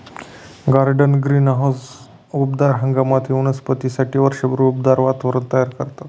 garden greenhouse उबदार हंगामातील वनस्पतींसाठी वर्षभर उबदार वातावरण तयार करतात